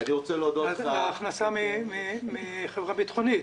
זה הכנסה מחברה ביטחונית.